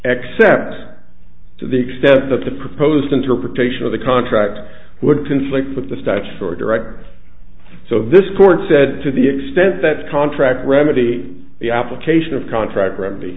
accept to the extent that the proposed interpretation of the contract would conflict with the states for direct so this court said to the extent that contract remedy the application of contract remedy